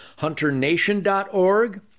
Hunternation.org